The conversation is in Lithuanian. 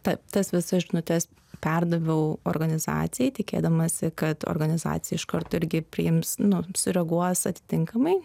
ta tas visas žinutes perdaviau organizacijai tikėdamasi kad organizacija iš karto irgi priims nu sureaguos atitinkamai